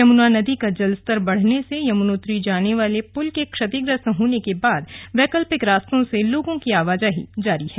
यमुना नदी का जल स्तर बढ़ने से यमुनोत्री जाने वाले पुल के क्षतिग्रस्त होने के बाद वैकल्पिक रास्तों से लोगों की आवाजाही जारी है